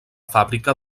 fàbrica